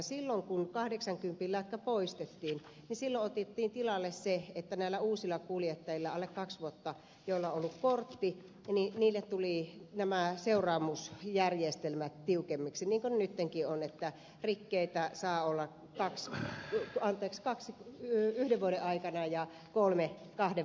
silloin kun kahdeksankympin lätkä poistettiin otettiin tilalle se että näille uusille kuljettajille joilla on ollut kortti alle kaksi vuotta tulivat seuraamusjärjestelmät tiukemmiksi niin kuin nytkin on että rikkeitä saa olla kaksi yhden vuoden aikana ja kolme kahden vuoden aikana